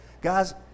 Guys